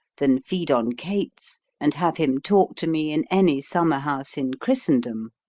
than feed on cates and have him talk to me in any summer-house in christendom.